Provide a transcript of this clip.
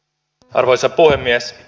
arvoisa puhemies